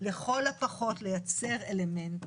לכל הפחות לייצר אלמנט